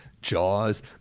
Jaws